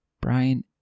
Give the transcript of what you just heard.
Brian